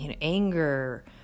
anger